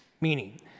Meaning